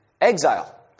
Exile